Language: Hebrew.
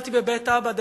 שקיבלתי בבית אבא,